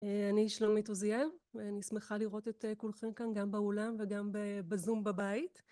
אני שלומית עוזיאל ואני שמחה לראות את כולכם כאן גם באולם וגם בזום בבית